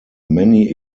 many